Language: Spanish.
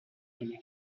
tiene